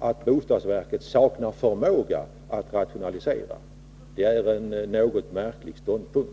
att bostadsverket saknar förmåga att rationalisera. Det är en något märklig ståndpunkt.